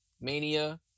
Mania